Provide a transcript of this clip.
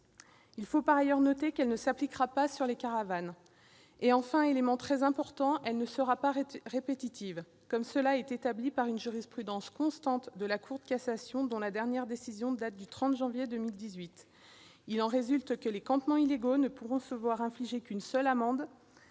il faut noter que cette amende ne s'appliquera pas aux caravanes. Enfin, élément très important, l'amende ne sera pas répétitive, conformément à une jurisprudence constante de la Cour de cassation, dont la dernière décision date du 30 janvier 2018. Il en résultera que les campements illégaux ne pourront se voir infliger qu'une seule amende,